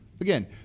Again